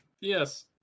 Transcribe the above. Yes